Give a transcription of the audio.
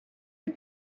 you